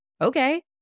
Okay